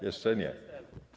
Jeszcze nie.